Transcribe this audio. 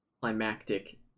climactic